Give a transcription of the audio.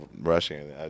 rushing